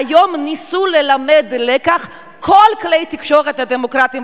והיום ניסו ללמד לקח את כל כלי התקשורת הדמוקרטיים